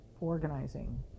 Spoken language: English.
Organizing